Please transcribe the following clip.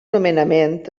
nomenament